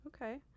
Okay